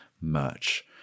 merch